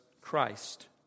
Christ